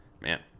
man